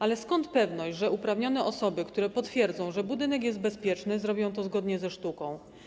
Ale skąd pewność, że uprawnione osoby, które potwierdzą, że budynek jest bezpieczny, zrobią to zgodnie ze sztuką?